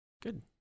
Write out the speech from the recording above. Good